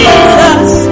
Jesus